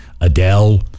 Adele